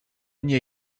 nie